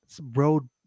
road